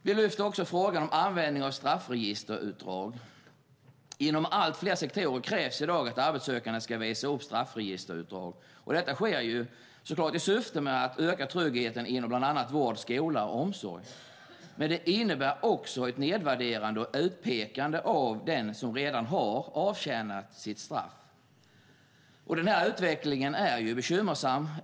Vi lyfter också frågan om användning av straffregisterutdrag. Inom allt fler sektorer krävs i dag att arbetssökande ska visa upp straffregisterutdrag. Detta sker i syfte att öka tryggheten inom bland annat vård, skola och omsorg. Men det innebär också ett nervärderande och utpekande av den som redan har avtjänat sitt straff. Denna utveckling är bekymmersam.